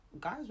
guys